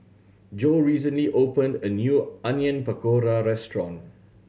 Jo recently opened a new Onion Pakora Restaurant